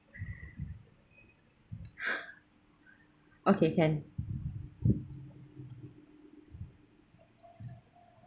okay can